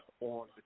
on